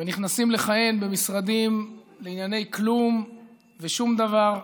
ונכנסים לכהן במשרדים לענייני כלום ושום דבר.